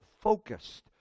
focused